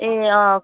ए अँ